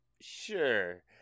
sure